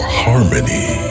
harmony